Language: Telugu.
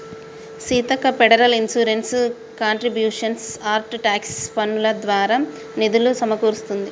Seethakka federal insurance contributions act tax పన్నులు దారా నిధులులు సమకూరుస్తుంది